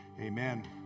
Amen